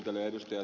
tiusasta